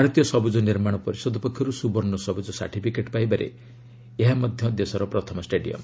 ଭାରତୀୟ ସବୁଜ୍ଜ ନିର୍ମାଣ ପରିଷଦ ପକ୍ଷରୁ ସୁବର୍ଷ୍ଣ ସବୁଜ ସାର୍ଟିଫିକେଟ୍ ପାଇବାରେ ଏହା ହେଉଛି ପ୍ରଥମ ଷ୍ଟାଡିୟମ୍